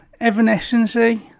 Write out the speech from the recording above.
Evanescency